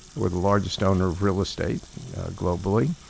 we're the largest owner of real estate globally.